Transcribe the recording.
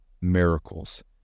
miracles